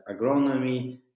agronomy